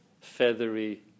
feathery